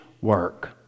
work